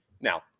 now